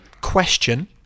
question